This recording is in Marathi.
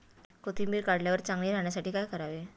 कोथिंबीर काढल्यावर चांगली राहण्यासाठी काय करावे?